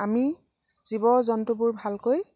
আমি জীৱ জন্তুবোৰ ভালকৈ